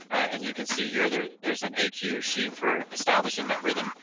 and you can see here there there's an acue sheet for establishing that rhythm,